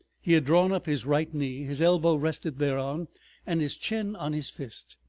he had drawn up his right knee, his elbow rested thereon and his chin on his fist.